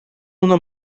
una